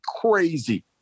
crazy